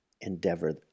endeavor